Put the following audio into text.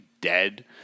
dead